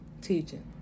Teaching